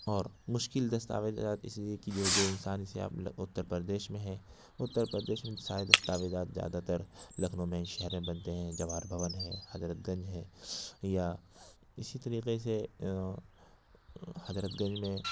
اور مشکل دستاویزات اس لیے کہ جو ہے جو انسان سے آپ اتر پردیش میں ہے اتر پردیش میں سارے دستاویزار زیادہ تر لکھنؤ میں شہر میں بنتے ہیں جواہر بھون ہے حضرت گنج ہے یا اسی طریقے سے حضرت گنج میں